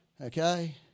Okay